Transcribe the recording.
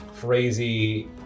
Crazy